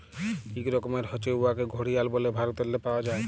ইক রকমের হছে উয়াকে ঘড়িয়াল ব্যলে ভারতেল্লে পাউয়া যায়